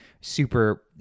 super